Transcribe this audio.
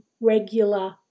regular